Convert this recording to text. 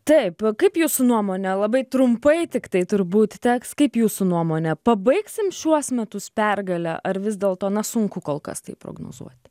taip kaip jūsų nuomone labai trumpai tiktai turbūt teks kaip jūsų nuomone pabaigsim šiuos metus pergale ar vis dėlto na sunku kol kas tai prognozuoti